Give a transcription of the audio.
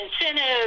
incentives